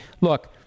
look